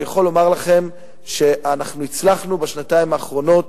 אני יכול לומר לכם שאנחנו הצלחנו בשנתיים האחרונות,